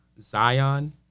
Zion